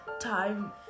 time